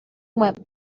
went